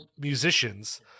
musicians